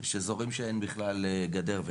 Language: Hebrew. יש אזורים שאין בכלל גדר.